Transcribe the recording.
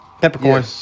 Peppercorn